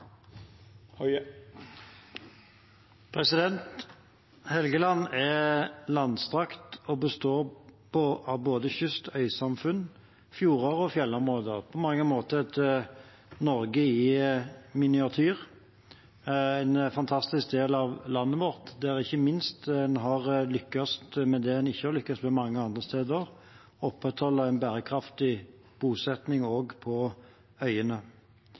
Norge. Helgeland er langstrakt og består av både kyst, øysamfunn, fjorder og fjellområder – på mange måter et Norge i miniatyr. Det er en fantastisk del av landet vårt, der en ikke minst har lyktes med det en ikke har lyktes med mange andre steder – å opprettholde en bærekraftig bosetning, også på øyene.